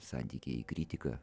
santykyje į kritiką